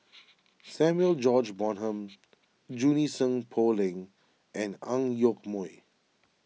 Samuel George Bonham Junie Sng Poh Leng and Ang Yoke Mooi